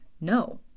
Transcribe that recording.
no